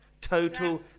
total